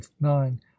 nine